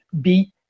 beat